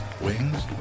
Wings